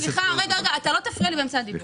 סליחה, אתה לא תפריע לי באמצע הדיבור.